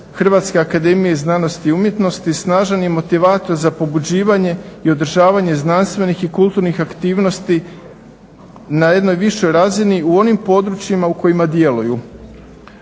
Hrvatske akademije znanosti i umjetnosti snažan je motivator za pobuđivanje i održavanje znanstvenih i kulturnih aktivnosti na jednoj višoj razini u onim područjima u kojima djeluju.